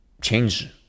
change